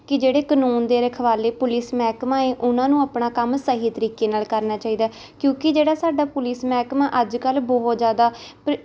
ਕਿ ਜਿਹੜੇ ਕਾਨੂੰਨ ਦੇ ਰਖਵਾਲੇ ਪੁਲਿਸ ਮਹਿਕਮਾ ਹੈ ਉਹਨਾਂ ਨੂੰ ਆਪਣਾ ਕੰਮ ਸਹੀ ਤਰੀਕੇ ਨਾਲ ਕਰਨਾ ਚਾਹੀਦਾ ਕਿਉਂਕਿ ਜਿਹੜਾ ਸਾਡਾ ਪੁਲਿਸ ਮਹਿਕਮਾ ਅੱਜ ਕੱਲ ਬਹੁਤ ਜ਼ਿਆਦਾ ਭ੍ਰਿ